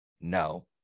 No